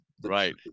right